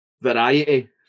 variety